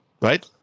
right